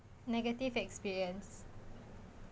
negative experience